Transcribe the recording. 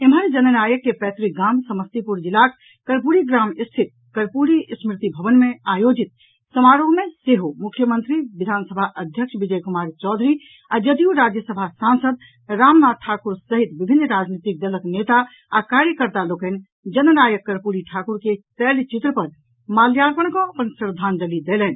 एम्हर जन नायक के पैतृक गाम समस्तीपुर जिलाक कर्पूरी ग्राम स्थित कर्पूरी स्मृति भवन मे आयोजित समारोह मे सेहो मुख्यमंत्री विधानसभा अध्यक्ष विजय कुमार चौधरी आ जदयू राज्यसभा सांसद रामनाथ काठुर सहित विभिन्न राजनीतिक दलक नेता आ कार्यकर्ता लोकनि जन नायक कर्पूरी ठाकुर के तैल चित्र पर माल्यार्पण कऽ अपन श्रद्धांजलि देलनि